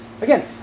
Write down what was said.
Again